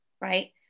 right